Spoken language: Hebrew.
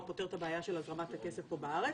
פותר את הבעיה של הזרמת הכסף פה בארץ.